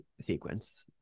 sequence